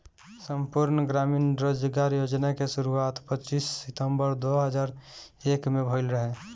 संपूर्ण ग्रामीण रोजगार योजना के शुरुआत पच्चीस सितंबर दो हज़ार एक में भइल रहे